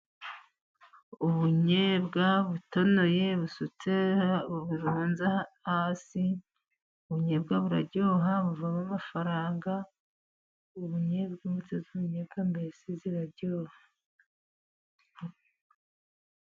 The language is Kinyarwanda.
Ubunyobwa butonoye, busutse, burunze hasi, ubunyobwa buraryoha buvamo amafaranga, ubunyobwa, imbuto y'ubunyobwa mbese iraryoha.